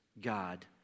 God